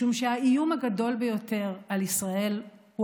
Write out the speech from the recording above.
משום שהאיום הגדול ביותר על ישראל הוא